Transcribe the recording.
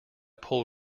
pull